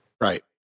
Right